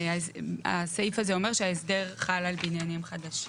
הסעיף הזה אומר שההסדר חל על בניינים חדשים.